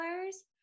colors